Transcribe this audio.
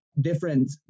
different